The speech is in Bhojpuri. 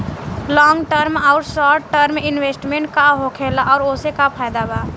लॉन्ग टर्म आउर शॉर्ट टर्म इन्वेस्टमेंट का होखेला और ओसे का फायदा बा?